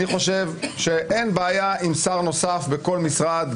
אני חושב שאין בעיה עם שר נוסף בכל משרד,